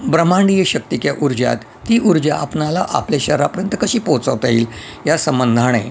ब्रह्मांडीय शक्ति किंवा ऊर्जा ती ऊर्जा आपणाला आपल्या शहरापर्यंत कशी पोहोचवता येईल या संबंधाने